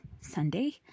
Sunday